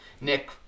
Nick